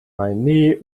meine